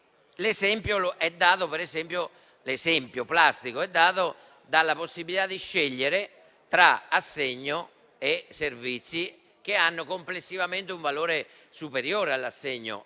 L'esempio plastico è dato dalla possibilità di scegliere tra assegno e servizi che hanno complessivamente un valore superiore all'assegno,